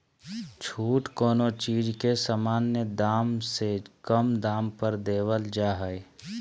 छूट कोनो चीज के सामान्य दाम से कम दाम पर देवल जा हइ